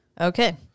Okay